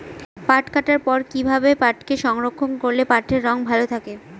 পাট কাটার পর কি ভাবে পাটকে সংরক্ষন করলে পাটের রং ভালো থাকে?